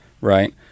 Right